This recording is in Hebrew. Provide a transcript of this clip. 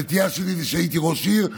הנטייה שלי זה שהייתי ראש עיר,